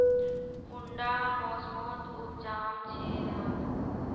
कुंडा मोसमोत उपजाम छै धान?